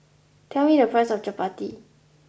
tell me the price of Chapati